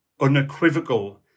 unequivocal